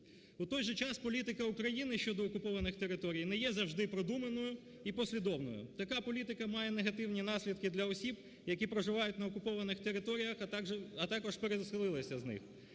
У той же час політика України щодо окупованої території не є завжди продуманою і послідовною. Така політика має негативні наслідки для осіб, які проживають на окупованих територіях, а також переселилися з них.